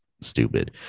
stupid